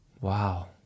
Wow